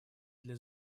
для